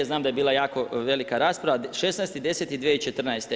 Znam da je bila jako velika rasprava 16.10.2014.